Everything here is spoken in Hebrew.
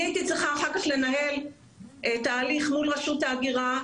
אני הייתי צריכה אחר כך לנהל תהליך מול רשות ההיגרה,